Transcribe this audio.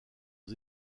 aux